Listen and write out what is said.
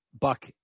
buck